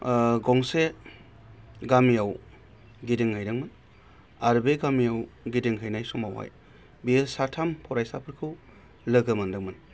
गंसे गामियाव गिदिंहैदोंमोन आरो बे गामियाव गिदिंहैनाय समावहाय बियो साथाम फरायसाफोरखौ लोगो मोनदोंमोन